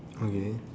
okay